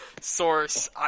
Source